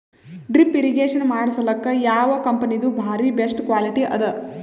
Drip irrigation ಮಾಡಸಲಕ್ಕ ಯಾವ ಕಂಪನಿದು ಬಾರಿ ಬೆಸ್ಟ್ ಕ್ವಾಲಿಟಿ ಅದ?